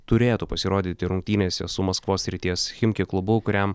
turėtų pasirodyti rungtynėse su maskvos srities chimki klubu kuriam